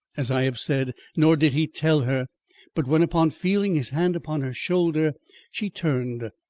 as i have said, nor did he tell her but when upon feeling his hand upon her shoulder she turned,